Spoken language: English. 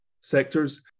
sectors